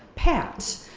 pat,